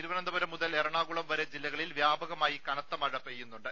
തിരുവന് ന്തപുരം മുതൽ എറണാകുളം വരെ ജില്ലകളിൽ വ്യാപകമായി കനത്ത മഴ പെയ്യുന്നുണ്ട്